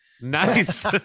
Nice